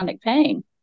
pain